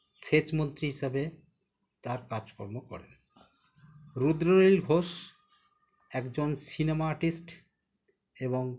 সেচমন্ত্রী হিসাবে তার কাজকর্ম করেন রুদ্রনীল ঘোষ একজন সিনেমা আর্টিস্ট এবং